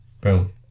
Boom